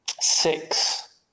six